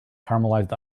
caramelized